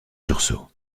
sursaut